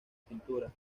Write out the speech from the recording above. pintura